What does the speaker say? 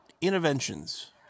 interventions